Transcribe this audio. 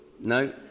No